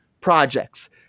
projects